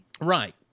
Right